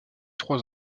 trois